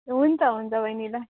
हुन्छ हुन्छ बहिनी ल